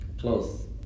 Close